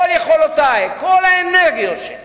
כל יכולותי, כל האנרגיות שלי